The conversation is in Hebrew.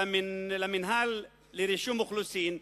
למינהל לרישום אוכלוסין,